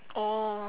oh